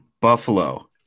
Buffalo